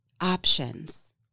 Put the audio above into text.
Options